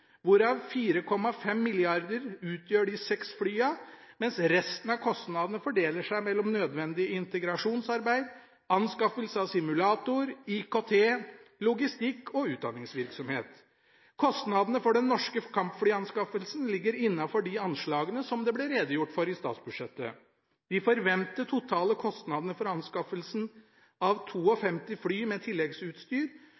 hvorav 4,5 mrd. kr utgjør de seks flyene, mens resten av kostnadene fordeler seg mellom nødvendig integrasjonsarbeid, anskaffelse av simulator, IKT og logistikk- og utdanningsvirksomhet. Kostnadene for den norske kampflyanskaffelsen ligger innenfor de anslagene som det ble redegjort for i statsbudsjettet. De forventede totale kostnadene for anskaffelsen av